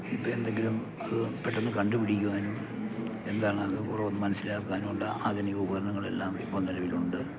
ഇപ്പോൾ എന്തെങ്കിലും അത് പെട്ടെന്ന് കണ്ടുപിടിക്കുവാനും എന്താണ് അത് മനസ്സിലാക്കാനുമുള്ള ആധുനിക ഉപകരണങ്ങളെല്ലാം ഇപ്പം നിലവിലുണ്ട്